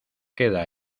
queda